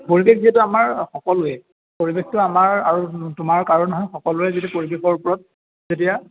পৰিৱেশ যিহেতু আমাৰ সকলোৱে পৰিৱেশটো আমাৰ আৰু তোমাৰ কাৰোঁ নহয় সকলোৱে যিটো পৰিৱেশৰ ওপৰত যেতিয়া